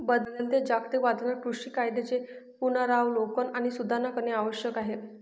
बदलत्या जागतिक वातावरणात कृषी कायद्यांचे पुनरावलोकन आणि सुधारणा करणे आवश्यक आहे